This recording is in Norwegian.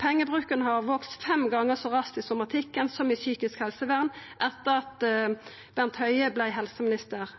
Pengebruken har vakse fem gonger så raskt i somatikken som i psykisk helsevern etter at